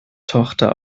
tochter